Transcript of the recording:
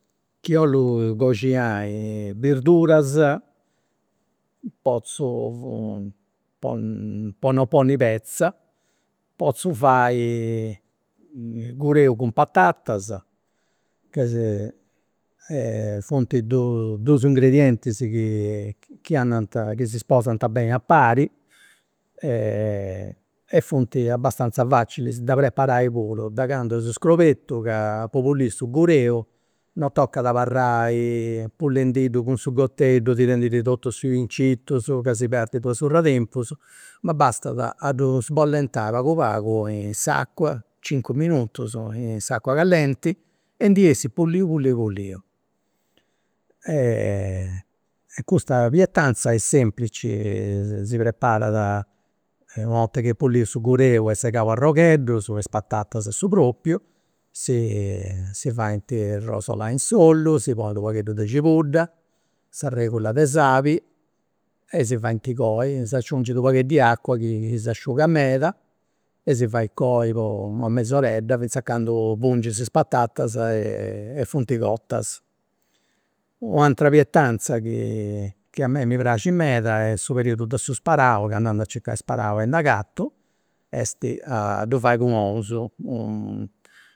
Chi ollu coxinai birduras potzu po no ponni petza, potzu fai gureu cun patatas, funt dus ingredientis chi andant chi si sposant beni a pari e funt abbastanza facilis de preparai puru de candu eus scobertu ca po pulìri su gureu non tocat abarrai pulendiddu cun su goteddu, tirendiddi totus is filincitus ca si perdit una surr'e tempus ma bastat a ddu sbollentai pagu pagu in s'acua cincu minutus in s'acua callenti e ndi 'essit puliu puliu puliu. e custa pietanza est semplici e si preparat, u' 'orta chi est puliu su gureu e segau a arrogheddus, is patatas a su propriu, si faint rosolai in s'ollu, si ponit u' paghedd'e cibudda, s'aregula de sali e si faint coi, s'aciungit u' paghedd' 'i acua chi s'asciuga meda e si fai coi po una mesoredda finzas a candu pungis iì patatas e funt cotas. U' atera pietanza chi a mei mi praxit meda in su periodu de su sparau candu andu a circia sparau e nd'agatu est a ddu fai cun ous